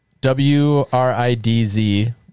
W-R-I-D-Z